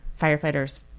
firefighters